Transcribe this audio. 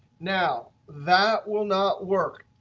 now, that will not work.